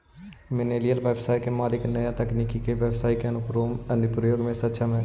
millennial व्यवसाय के मालिक नया तकनीका के व्यवसाई के अनुप्रयोग में सक्षम हई